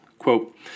Quote